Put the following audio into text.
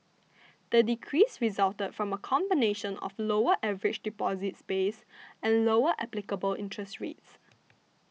the decrease resulted from a combination of lower average deposits base and lower applicable interest rates